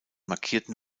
markierten